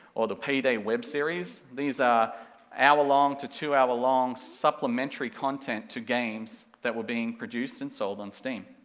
or the pd web series, these are hour-long, to two hour-long supplementary content to games, that were being produced and sold on steam.